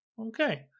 Okay